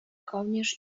kołnierz